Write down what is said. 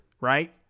right